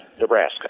Nebraska